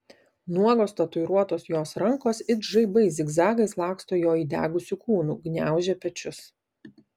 nuogos tatuiruotos jos rankos it žaibai zigzagais laksto jo įdegusiu kūnu gniaužia pečius